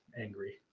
angry